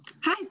hi